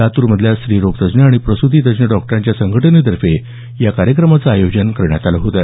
लातूरमधल्या स्त्रीरोग तज्ज्ञ आणि प्रसूती तज्ज्ञ डॉक्टरांच्या संघटनेतर्फे या कार्यक्रमाचं आयोजन करण्यात आलं होतं